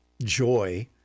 joy